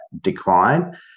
decline